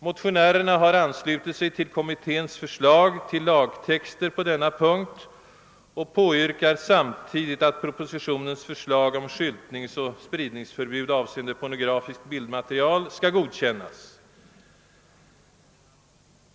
Motionärerna har anslutit sig till kommitténs förslag till lagtext på denna punkt och yrkar samtidigt att propositionens förslag om skyltningsoch spridningsförbud avseende pornografiskt bildmaterial skall godkännas.